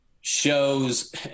shows